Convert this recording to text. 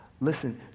Listen